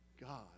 God